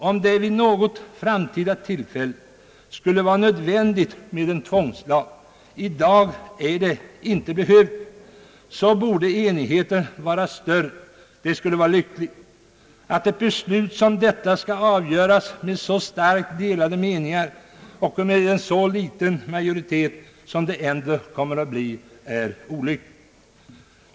Om det vid något framtida tillfälle skulle vara nödvändigt med en tvångslag — i dag är det inte behövligt — borde enigheten vara större. Det skulle vara lyckligt. Att ett beslut som detta skall fattas med så starkt delade meningar och med en så liten majoritet som det här kommer att bli är olyckligt.